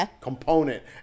component